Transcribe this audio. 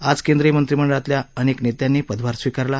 आज केंद्रीय मंत्रिमंडळातल्या अनेक नेत्यांनी पदभार स्वीकारला